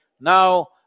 Now